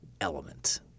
element